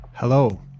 Hello